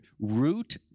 root